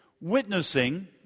witnessing